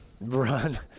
run